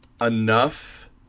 enough